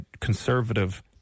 conservative